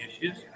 issues